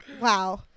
Wow